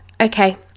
Okay